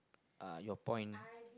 uh your point